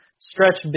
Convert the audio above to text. stretch